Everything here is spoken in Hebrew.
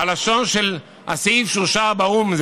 הלשון של הסעיף שאושר באו"ם: